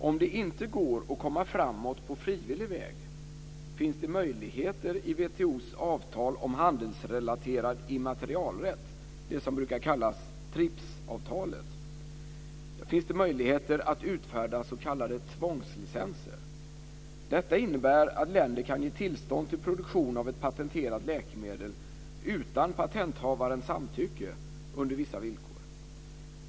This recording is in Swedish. Om det inte går att komma framåt på frivillig väg finns det möjligheter i WTO:s avtal om handelsrelaterad immaterialrätt, det som brukar kallas TRIPS avtalet, att utfärda s.k. tvångslicenser. Detta innebär att länder kan ge tillstånd till produktion av ett patenterat läkemedel utan patenthavarens samtycke under vissa villkor.